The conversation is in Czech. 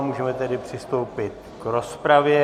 Můžeme tedy přistoupit k rozpravě.